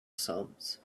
sums